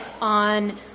on